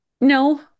No